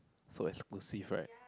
so exclusive right